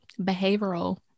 behavioral